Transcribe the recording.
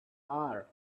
hour